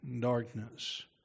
darkness